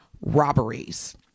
robberies